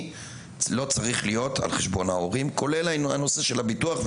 לא צריך להיות על חשבון ההורים כולל הנושא של הביטוח.